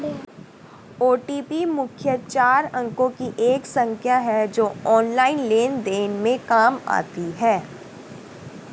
OTP मुख्यतः चार अंकों की एक संख्या है जो ऑनलाइन लेन देन में काम आती है